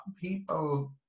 people